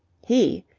he,